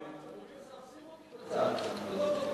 אדוני השר, שים אותי בצד, עזוב אותי,